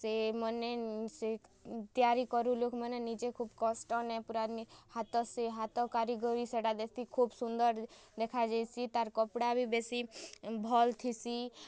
ସେମନେ ସେ ତିଆରି କରୁ ଲୋକ୍ମାନେ ନିଜେ ଖୁବ୍ କଷ୍ଟନେ ପୁରା ହାତ ସେ ହାତ କାରିଗରୀ ସେଟା ବେଶୀ ଖୋବ୍ ସୁନ୍ଦର୍ ଦେଖାଯାଏସି ତାର୍ କପ୍ଡ଼ା ବି ବେଶୀ ଭଲ୍ ଥିସି